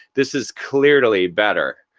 this is clearly better.